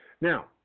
Now